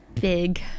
big